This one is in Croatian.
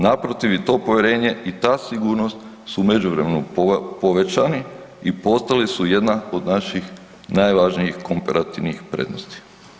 Naprotiv i to povjerenje i ta sigurnost su u međuvremenu povećani i postali su jedna od naših najvažnijih komparativnih prednosti.